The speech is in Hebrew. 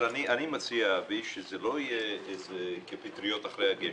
אבל אני מציע שזה לא יהיה כפטריות אחרי הגשם.